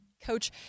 Coach